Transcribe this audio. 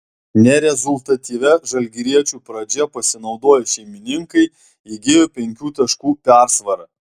nerezultatyvia žalgiriečių pradžia pasinaudoję šeimininkai įgijo penkių taškų persvarą